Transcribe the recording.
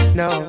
no